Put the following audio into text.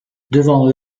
devant